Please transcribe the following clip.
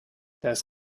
das